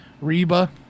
Reba